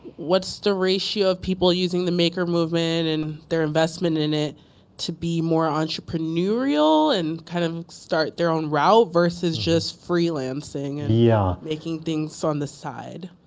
the ratio of people using the maker movement and their investment in it to be more entrepreneurial and kind of start their own route versus just freelancing and yeah making things on the side?